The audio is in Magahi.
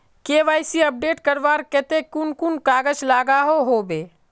के.वाई.सी अपडेट करवार केते कुन कुन कागज लागोहो होबे?